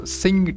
sing